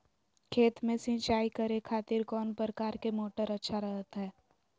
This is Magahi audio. खेत में सिंचाई करे खातिर कौन प्रकार के मोटर अच्छा रहता हय?